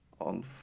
on